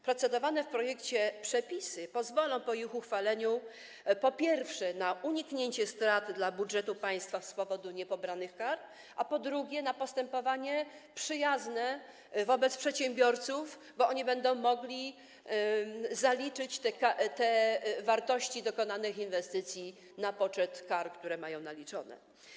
Procedowane w projekcie przepisy pozwolą po ich uchwaleniu, po pierwsze, na uniknięcie strat dla budżetu państwa z powodu niepobranych kar, a po drugie, na postępowanie przyjazne przedsiębiorcom, bo oni będą mogli zaliczyć te wartości dokonanych inwestycji na poczet kar, które mają naliczone.